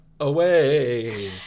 away